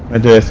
at the